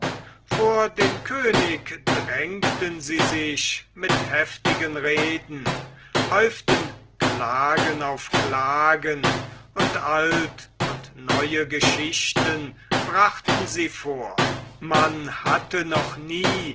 vor den könig drängten sie sich mit heftigen reden häuften klagen auf klagen und alt und neue geschichten brachten sie vor man hatte noch nie